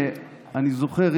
אני זוכר,